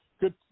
Good